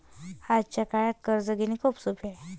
आजच्या काळात कर्ज घेणे खूप सोपे आहे